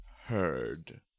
heard